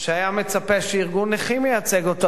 שהיה מצפה שארגון נכים ייצג אותו,